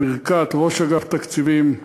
בברכת ראש אגף התקציבים,